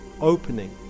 opening